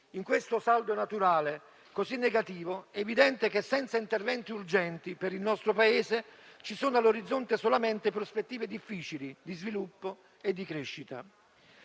In questo saldo naturale così negativo è evidente che, senza interventi urgenti, per il nostro Paese ci sono all'orizzonte solamente prospettive difficili di sviluppo e di crescita.